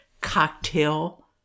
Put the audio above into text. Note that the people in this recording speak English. cocktail